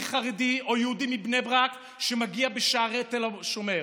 חרדי או ליהודי מבני ברק שמגיע לשערי תל השומר.